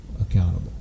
accountable